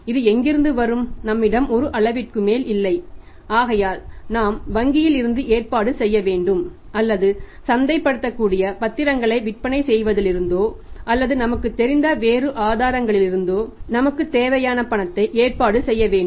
இது எங்கிருந்து வரும் நம்மிடம் ஒரு அளவிற்கு மேல் இல்லை ஆகையால் நாம் வங்கியில் இருந்து ஏற்பாடு செய்ய வேண்டும் அல்லது சந்தைப்படுத்தக்கூடிய பத்திரங்களை விற்பனை செய்வதிலிருந்தோ அல்லது நமக்கு தெரிந்த வேறு ஆதாரங்களிலிருந்தோ என்று நமக்கு தேவையான பணத்தை ஏற்பாடு செய்ய வேண்டும்